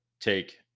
take